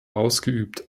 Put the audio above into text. ausgeübt